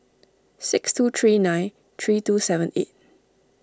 six two three nine three two seven eight